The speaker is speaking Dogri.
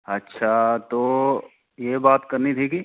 अच्छा तो यह बात करनी थी की